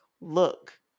look